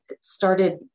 started